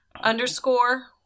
underscore